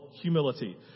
Humility